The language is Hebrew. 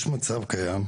יש מצב קיים,